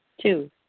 Two